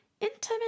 intimate